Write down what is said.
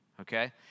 Okay